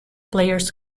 players